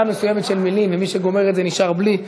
מסוימת של מילים ומי שגומר את זה נשאר בלי.